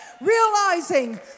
realizing